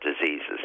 diseases